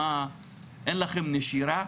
"מה אין לכם נשירה?"